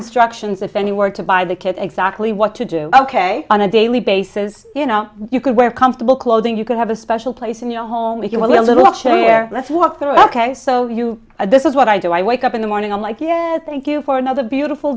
instructions if any where to buy the kit exactly what to do ok on a daily basis you know you could wear comfortable clothing you can have a special place in your home if you want a little chair let's walk through ok so you this is what i do i wake up in the morning i'm like yeah thank you for another beautiful